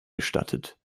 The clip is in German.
gestattet